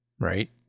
Right